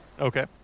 Okay